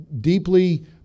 deeply